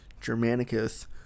Germanicus